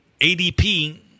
ADP